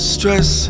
Stress